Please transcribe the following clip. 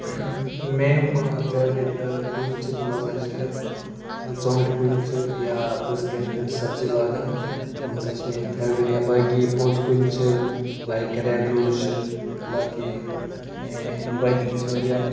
مےٚ یِم فیورِٹ کُلۍ چھِ تِم ہَسا چھِ ژوٗنٹھۍ کُلۍ چھِ یا بہٕ چھس گَرِ سبزی لاگان یِم ہَسا چھِ میٛٲنۍ فیورِٹ یا باقٕے پوشہِ کُلۍ چھِ لایک رٮ۪ڈ روز چھِ باقٕے باقٕے تہِ چھِ واریاہ